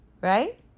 Right